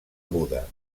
buda